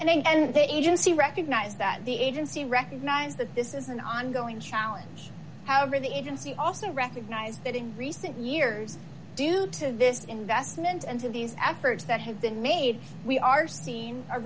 in and the agency recognize that the agency recognize that this is an ongoing challenge however the agency also recognized that in recent years due to this investment and to these africa that have been made we are seen